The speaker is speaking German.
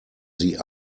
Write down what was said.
sie